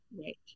Right